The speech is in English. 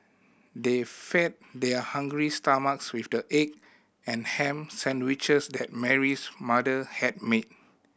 they fed their hungry stomachs with the egg and ham sandwiches that Mary's mother had made